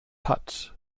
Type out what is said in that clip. hat